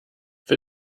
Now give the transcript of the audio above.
für